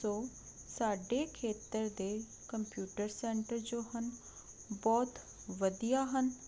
ਸੋ ਸਾਡੇ ਖੇਤਰ ਦੇ ਕੰਪਿਊਟਰ ਸੈਂਟਰ ਜੋ ਹਨ ਬਹੁਤ ਵਧੀਆ ਹਨ